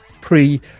pre